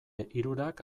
hirurak